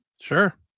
sure